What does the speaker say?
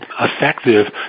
effective